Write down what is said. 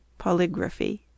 Polygraphy